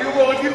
היו גם מורידים,